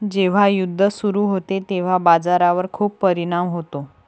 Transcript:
जेव्हा युद्ध सुरू होते तेव्हा बाजारावर खूप परिणाम होतो